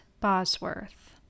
Bosworth